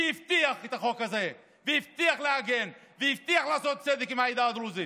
שהבטיח את החוק הזה והבטיח לעגן והבטיח לעשות צדק עם העדה הדרוזית.